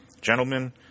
Gentlemen